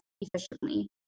efficiently